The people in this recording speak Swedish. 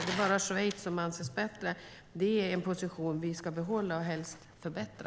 Det är bara Schweiz som anses bättre. Det är en position som vi ska behålla och helst förbättra.